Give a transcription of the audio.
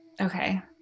Okay